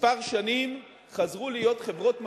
כמה שנים חזרו להיות חברות מצליחות,